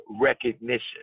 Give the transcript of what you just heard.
recognition